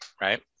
Right